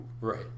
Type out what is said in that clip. Right